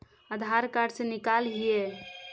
आधार card से निकाल हिऐ?